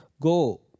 go